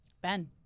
Ben